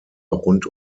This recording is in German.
rund